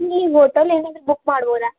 ನೀವು ಹೋಟಲ್ ಏನಾದರು ಬುಕ್ ಮಾಡ್ಬೋದಾ